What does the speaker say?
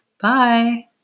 Bye